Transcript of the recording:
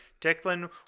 Declan